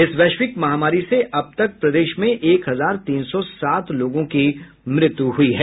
इस वैश्विक महामारी से अब तक प्रदेश में एक हजार तीन सौ सात लोगों की मौत हो चुकी है